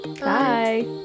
Bye